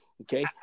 Okay